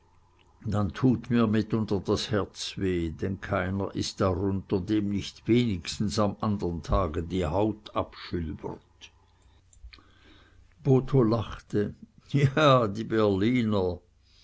dann tut mir mitunter das herz weh denn keiner ist darunter dem nicht wenigstens am andern tage die haut abschülbert botho lachte ja die berliner